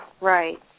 Right